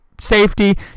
safety